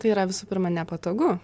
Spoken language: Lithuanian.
tai yra visų pirma nepatogu